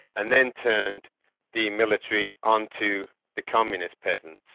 and then turned the military onto the communist peasants.